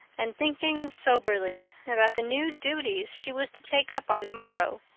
and thinking soberly about the new duties she was to take up on the morrow.